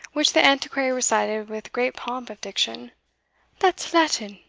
which the antiquary recited with great pomp of diction that's latin!